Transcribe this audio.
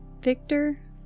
Victor